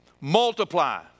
multiply